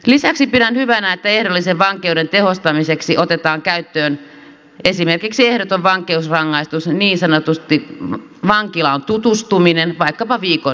lisäksi pidän hyvänä että ehdollisen vankeuden tehostamiseksi otetaan käyttöön esimerkiksi ehdoton vankeusrangaistus niin sanotusti vankilaan tutustuminen vaikkapa viikon jakso